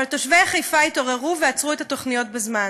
אבל תושבי חיפה התעוררו ועצרו את התוכניות בזמן.